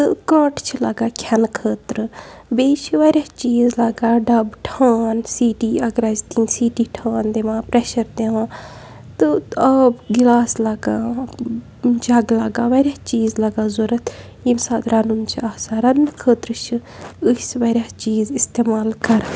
تہٕ کانٛٹہٕ چھِ لَگان کھٮ۪نہٕ خٲطرٕ بیٚیہِ چھِ واریاہ چیٖز لَگان ڈَبہٕ ٹھان سی ٹی اَگَر آسہِ دِنۍ سی ٹی ٹھان دِوان پرٛٮ۪شَر دِوان تہٕ آب گِلاس لَگان جَگ لَگان واریاہ چیٖز لَگان ضوٚرَتھ ییٚمہِ ساتہٕ رَنُن چھِ آسان رَننہٕ خٲطرٕ چھِ أسۍ واریاہ چیٖز اِستعمال کَران